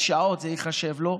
זה ייחשב לו,